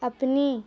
اپنی